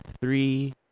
three